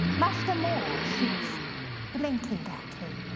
master more sits blinking at him.